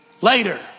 later